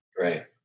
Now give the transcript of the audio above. right